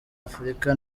afurika